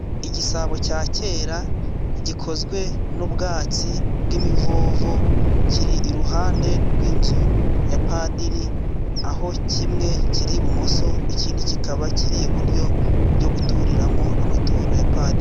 Igisabo cya kera gikozwe n'ubwatsi bw'imivovo kiri iruhande rw'inzu ya padiri, aho kimwe kiri ibumoso ikindi kikaba kiri iburyo byo guturiramo amaturo ya padiri.